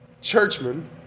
churchman